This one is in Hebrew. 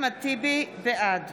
בעד